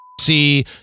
see